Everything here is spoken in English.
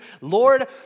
Lord